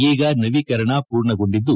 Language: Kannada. ಈಗ ನವೀಕರಣ ಪೂರ್ಣಗೊಂಡಿದ್ದು